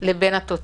לבין התוצאות.